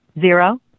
zero